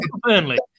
Burnley